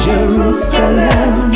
Jerusalem